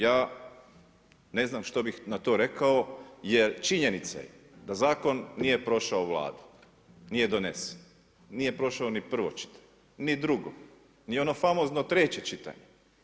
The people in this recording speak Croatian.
Ja ne znam što bih na to rekao jer činjenica je da zakon nije prošao Vladu, nije donesen, nije prošao ni prvo čitanje, ni drugo, ni ono famozno treće čitanje.